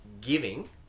giving